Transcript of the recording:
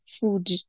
food